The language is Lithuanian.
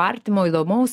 artimo įdomaus